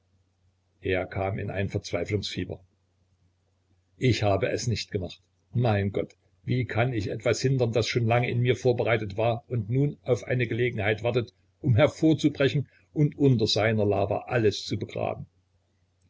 er kam in ein verzweiflungsfieber ich habe es nicht gemacht mein gott wie kann ich etwas hindern das schon lange in mir vorbereitet war und nur auf eine gelegenheit wartete um hervorzubrechen und unter seiner lava alles zu begraben